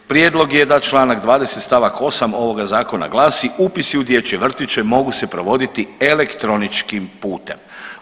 Prijedlog je da članak 20. stavak 8. ovoga zakona glasi: „Upisi u dječje vrtiće mogu se provoditi elektroničkim putem“